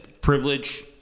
Privilege